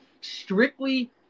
strictly